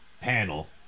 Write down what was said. Panel